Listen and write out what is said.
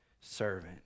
servant